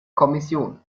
kommission